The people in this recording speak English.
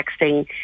texting